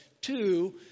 Two